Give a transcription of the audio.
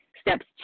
Steps